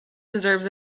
deserves